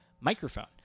microphone